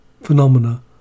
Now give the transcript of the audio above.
phenomena